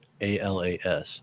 A-L-A-S